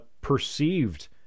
perceived